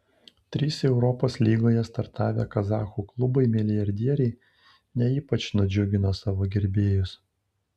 trys europos lygoje startavę kazachų klubai milijardieriai ne ypač nudžiugino savo gerbėjus